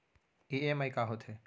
EMI का होथे?